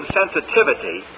sensitivity